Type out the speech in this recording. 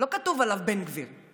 לא כתוב עליו "בן גביר";